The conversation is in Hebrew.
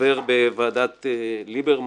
חבר בוועדת ליברמן.